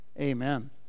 Amen